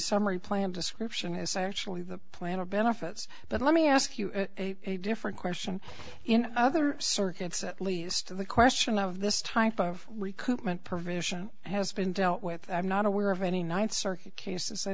summary plan description is actually the plan of benefits but let me ask you a different question in other circuits at least to the question of this type of we couldn't provision has been dealt with i'm not aware of any ninth circuit cases that